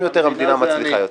יש עוד משהו במדינה חוץ מהליכוד?